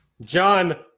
John